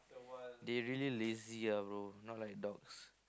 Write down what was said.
they really lazy ah bro not like dogs